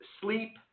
sleep